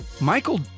Michael